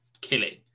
killing